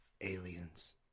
Aliens